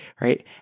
Right